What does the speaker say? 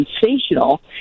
sensational